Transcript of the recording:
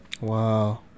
Wow